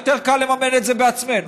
יותר קל לממן את זה בעצמנו.